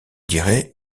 dirai